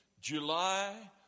July